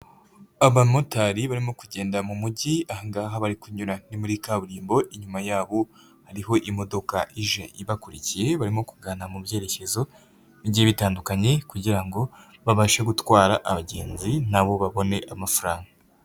Abamotari barimo kugenda mu mugi, aha ngaha bari kunyura ni muri kaburimbo, inyuma yabo hariho imodoka ije ibakurikiye, barimo kugana mu byerekezo bigiye bitandukanye kugira ngo babashe gutwara abagenzi na bo babone amafaranga.